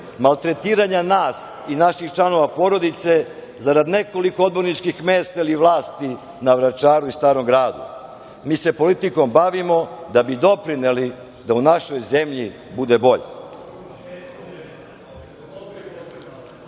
maltretiranja nas i naših članova porodice zarad nekoliko odborničkih mesta ili vlasti na Vračaru i Starom gradu. Mi se politikom bavimo da bi doprineli da u našoj zemlji bude bolje